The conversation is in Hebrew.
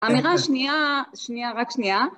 אמירה שנייה, שנייה, רק שנייה